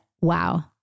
wow